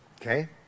Okay